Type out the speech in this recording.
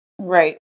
Right